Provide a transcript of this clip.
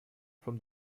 from